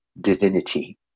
divinity